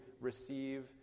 receive